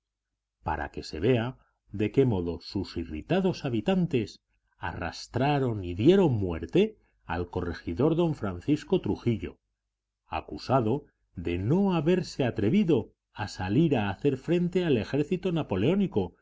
para que se vea de qué modo sus irritados habitantes arrastraron y dieron muerte al corregidor don francisco trujillo acusado de no haberse atrevido a salir a hacer frente al ejército napoleónico